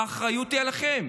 האחריות היא עליכם.